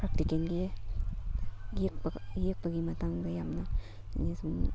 ꯄ꯭ꯔꯥꯛꯇꯤꯀꯦꯜꯒꯤ ꯌꯦꯛꯄꯒ ꯌꯦꯛꯄꯒꯤ ꯃꯇꯥꯡꯗ ꯌꯥꯝꯅ ꯑꯩꯅ ꯁꯨꯝ